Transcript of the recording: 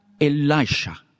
Elisha